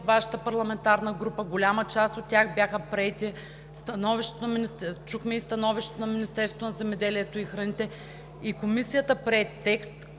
Вашата парламентарна група и голяма част от тях бяха приети. Чухме и становището на Министерство на земеделието и храните. Комисията прие текст,